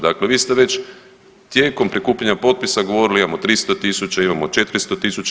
Dakle, vi ste već tijekom prikupljanja potpisa govorili imamo 300 000, imamo 400 000.